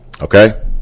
Okay